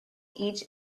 each